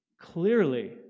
clearly